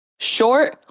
short,